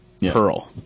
Pearl